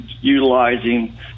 utilizing